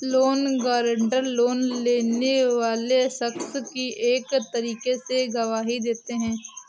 loan guarantor, loan लेने वाले शख्स की एक तरीके से गवाही देते हैं